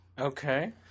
Okay